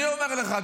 אני אומר לך,